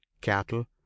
cattle